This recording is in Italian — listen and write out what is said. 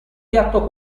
piatto